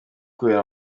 kubera